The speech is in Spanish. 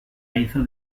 hizo